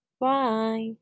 Bye